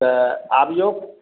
तऽ आबियौ